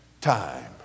time